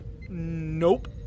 Nope